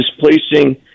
displacing